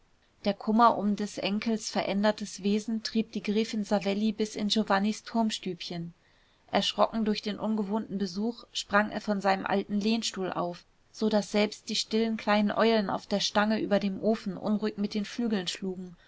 der kummer um des enkels verändertes wesen trieb die gräfin savelli bis in giovannis turmstübchen erschrocken durch den ungewohnten besuch sprang er von seinem alten lehnstuhl auf so daß selbst die stillen kleinen eulen auf der stange über dem ofen unruhig mit den flügeln schlugen